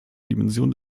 dimension